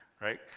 right